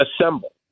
assemble